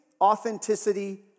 authenticity